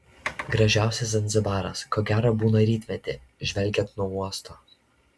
gražiausias zanzibaras ko gero būna rytmetį žvelgiant nuo uosto